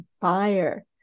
fire